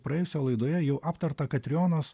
praėjusioje laidoje jau aptarta katrijonos